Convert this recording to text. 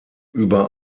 über